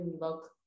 look